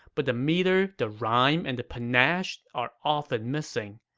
but the meter, the rhyme, and the panache are often missing.